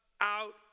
out